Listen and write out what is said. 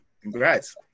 Congrats